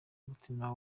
umutima